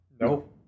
No